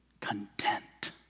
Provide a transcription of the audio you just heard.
content